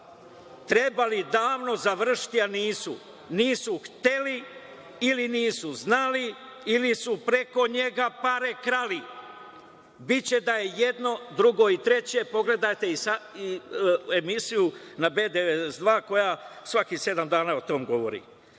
trebali davno završiti, a nisu. Nisu hteli ili nisu znali ili su preko njega pare krali. Biće da je jedno, drugo i treće. Pogledajte emisiju na B 92 koja svakih sedam dana o tome govori. Ono